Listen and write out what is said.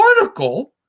article